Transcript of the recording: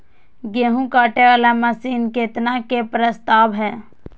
गेहूँ काटे वाला मशीन केतना के प्रस्ताव हय?